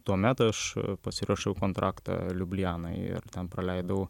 tuomet aš pasirašiau kontraktą liublianoje ir ten praleidau